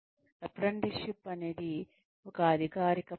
apprenticeship అనేది ఒక అధికారిక పదం